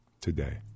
today